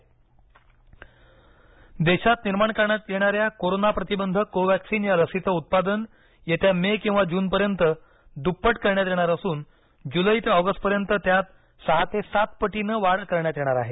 लस उत्पादन देशात निर्माण करण्यात येणाऱ्या कोरोना प्रतीबंधक कोव्हक्सिन या लसीचे उत्पादन येत्या मे किंवा जूनपर्यन्त द्प्पट करण्यात येणार असून जूलै ते ऑगस्टपर्यन्त त्यात सहा ते सात पटीनं वाढ करण्यात येणार आहे